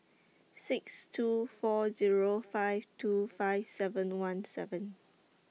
six two four Zero five two five seven one seven